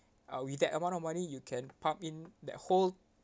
uh with that amount of money you can pump in that whole